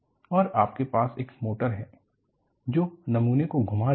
और आपके पास एक मोटर है जो नमूना को घुमा रही है